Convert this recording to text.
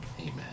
amen